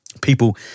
People